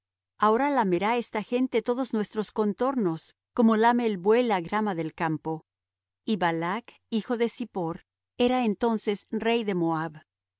ahora lamerá esta gente todos nuestros contornos como lame el buey la grama del campo y balac hijo de zippor era entonces rey de moab